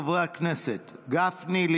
חברי הכנסת משה גפני,